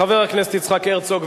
חבר הכנסת יצחק הרצוג,